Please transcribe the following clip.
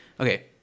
Okay